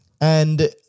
And-